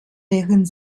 während